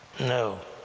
no,